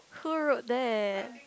who wrote that